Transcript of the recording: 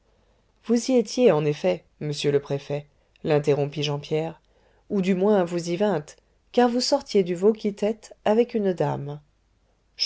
vous y étiez en effet monsieur le préfet l'interrompit jean pierre ou du moins vous y vîntes car vous sortiez du veau qui tette avec une dame